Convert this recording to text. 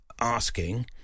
asking